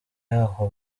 y’aho